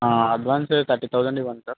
advance thirty thousand ఇవ్వండి sir